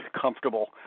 comfortable